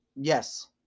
Yes